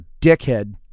dickhead